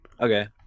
Okay